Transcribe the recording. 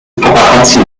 paparazzi